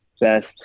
best